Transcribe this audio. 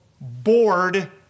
bored